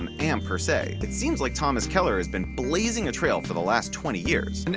um and per se. it seems like thomas keller has been blazing a trail for the last twenty years. and